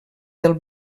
del